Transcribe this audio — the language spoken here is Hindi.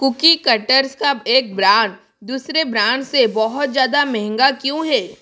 कुकी कटर्स का एक ब्रांड दूसरे ब्रांड से बहुत ज्यादा महंगा क्यों है